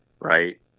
right